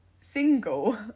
single